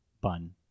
bun